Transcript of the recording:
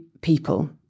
people